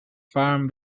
farm